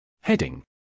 Heading